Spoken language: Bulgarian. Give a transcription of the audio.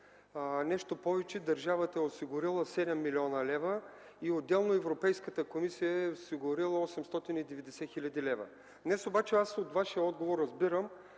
Нещо повече, държавата е осигурила 7 млн. лв. Отделно Европейската комисия е осигурила 890 хил. лв. Днес обаче от Вашия отговор разбирам,